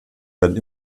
werden